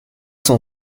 sont